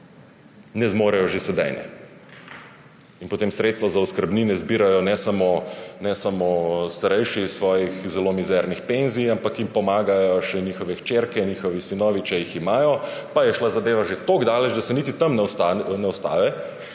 Ne zmorejo že sedaj ne. In potem sredstva za oskrbnine zbirajo ne samo starejši iz svojih zelo mizernih penzij, ampak jim pomagajo še njihove hčerke, njihovi sinovi, če jih imajo. Pa je šla zadeva že toliko daleč, da se niti tam ne ustavi,